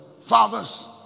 fathers